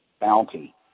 bounty